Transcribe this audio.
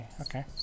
Okay